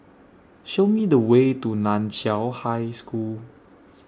Show Me The Way to NAN Chiau High School